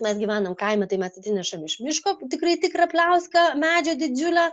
mes gyvenam kaime tai mes atsinešam iš miško tikrai tikrą pliauską medžio didžiulę